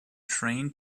train